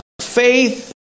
faith